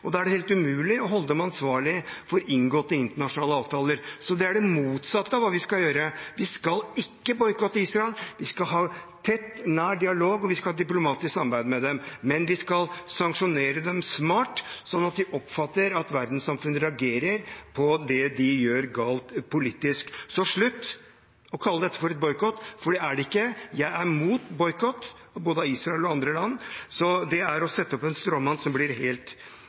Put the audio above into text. helt umulig å holde dem ansvarlig for inngåtte internasjonale avtaler. Det er det motsatte av hva vi skal gjøre. Vi skal ikke boikotte Israel. Vi skal ha tett, nær dialog, og vi skal ha diplomatisk samarbeid med dem, men vi skal sanksjonere dem smart, slik at de oppfatter at verdenssamfunnet reagerer på det de gjør galt politisk. Så slutt å kalle dette for boikott, for det er det ikke. Jeg er mot boikott, både av Israel og andre land. Det er å sette opp en stråmann, som blir helt